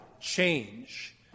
change